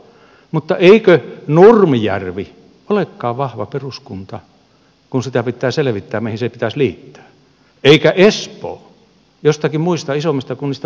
mutta eikö nurmijärvi olekaan vahva peruskunta kun pitää selvittää mihin se pitäisi liittää eikö espoo joistakin muista isommista kunnista puhumattakaan